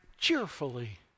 cheerfully